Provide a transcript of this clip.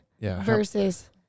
versus